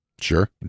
Sure